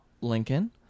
Lincoln